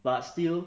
but still